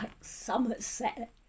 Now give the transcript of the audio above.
Somerset